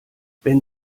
wenn